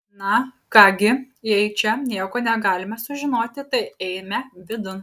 na ką gi jei čia nieko negalime sužinoti tai eime vidun